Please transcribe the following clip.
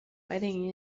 fighting